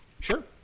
Sure